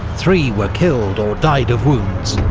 three were killed or died of wounds,